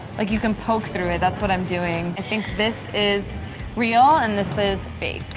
like you can poke through it, that's what i'm doing. i think this is real, and this is fake.